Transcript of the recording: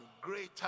greater